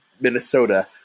Minnesota